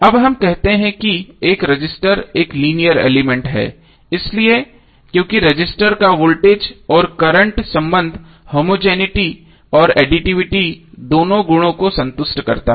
अब हम कहते हैं कि एक रजिस्टर एक लीनियर एलिमेंट है इसलिए क्योंकि रजिस्टर का वोल्टेज और करंट संबंध होमोजेनििटी और एडिटिविटी दोनों गुणों को संतुष्ट करता है